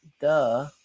Duh